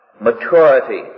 maturity